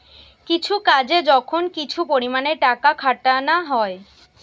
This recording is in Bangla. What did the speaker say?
কিছু কাজে যখন কিছু পরিমাণে টাকা খাটানা হয়